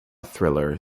thriller